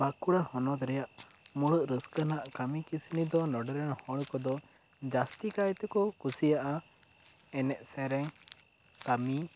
ᱵᱟᱸᱠᱩᱲᱟ ᱦᱚᱱᱚᱛ ᱨᱮᱭᱟᱜ ᱢᱩᱲᱟᱹᱜ ᱨᱟᱹᱥᱠᱟᱹ ᱨᱮᱱᱟᱜ ᱠᱟᱹᱢᱤ ᱠᱟᱥᱱᱤ ᱫᱚ ᱱᱚᱸᱰᱮ ᱨᱮᱱ ᱦᱚᱲ ᱠᱚᱫᱚ ᱡᱟᱹᱥᱛᱤ ᱠᱟᱭ ᱛᱮᱠᱚ ᱠᱩᱥᱤᱭᱟᱜᱼᱟ ᱮᱱᱮᱡ ᱥᱮᱨᱮᱧ ᱠᱟᱹᱢᱤ